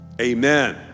amen